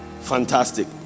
Fantastic